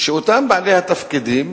שאותם בעלי התפקידים